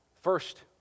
First